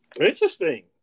interesting